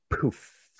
poof